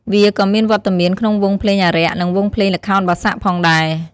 វាក៏មានវត្តមានក្នុងវង់ភ្លេងអារក្ស និងវង់ភ្លេងល្ខោនបាសាក់ផងដែរ។